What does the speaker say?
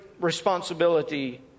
responsibility